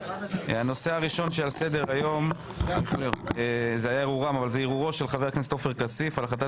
הנושא הראשון שעל סדר-היום: ערעורו של חבר הכנסת עופר כסיף על החלטת